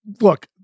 look